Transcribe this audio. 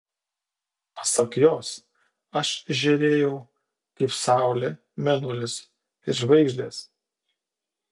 pasak jos aš žėrėjau kaip saulė mėnulis ir žvaigždės